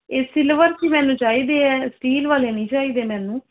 ਇਹ ਸਿਲਵਰ 'ਚ ਹੀ ਮੈਨੂੰ ਚਾਹੀਦੇ ਹੈ ਸਟੀਲ ਵਾਲੇ ਨਹੀਂ ਚਾਹੀਦੇ ਮੈਨੂੰ